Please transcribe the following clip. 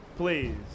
Please